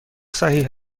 صحیح